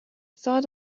thought